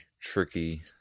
tricky